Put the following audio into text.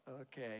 Okay